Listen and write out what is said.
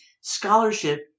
scholarship